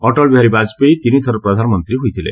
ଅଟଳ ବିହାରୀ ବାଜପେୟୀ ତିନିଥର ପ୍ରଧାନମନ୍ତ୍ରୀ ହୋଇଥିଲେ